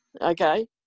Okay